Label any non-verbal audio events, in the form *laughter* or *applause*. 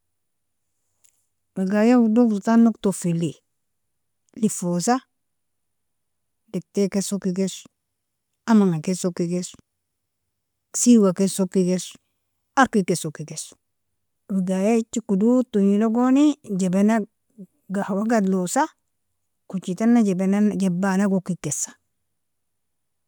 Wagaia udog rotanog tofeli, lefosa datiken sokikes, amanga ken sokikes, siwga ken sokikes, arki ken sokikes, wagaia eje kododtonji logoni jabang gahwag adlosa kojitana *hesitation* jabana okikesa.